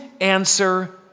answer